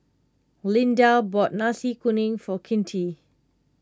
Lynda bought Nasi Kuning for Kinte